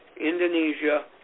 Indonesia